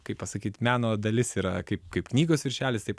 kaip pasakyt meno dalis yra kaip kaip knygos viršelis taip